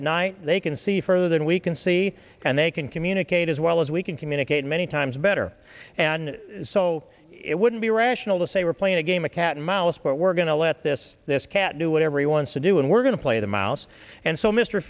at night they can see further than we can see and they can communicate as well as we can communicate many times better and so it wouldn't be rational to say we're playing a game of cat and mouse but we're going to let this this cat knew what everyone's to do and we're going to play the mouse and so mr